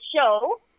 show